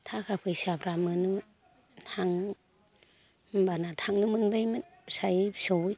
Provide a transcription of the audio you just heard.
थाखा फैसाफ्रा मोनोमोन होमबाना थांनो मोनबायमोन फिसायै फिसौयै